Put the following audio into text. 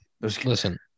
listen